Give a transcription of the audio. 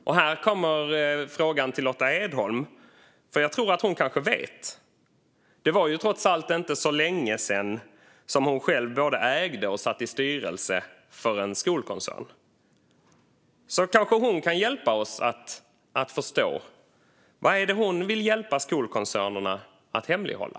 Jag ställer frågan till Lotta Edholm, för jag tror att hon kanske vet. Det var ju trots allt inte så länge sedan hon själv både ägde och satt i styrelsen för en skolkoncern. Kanske kan hon hjälpa oss att förstå. Vad är det hon vill hjälpa skolkoncernerna att hemlighålla?